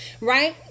right